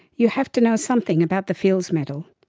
you have to know something about the fields medal.